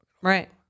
Right